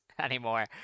anymore